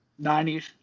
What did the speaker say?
90s